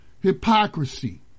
hypocrisy